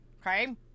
okay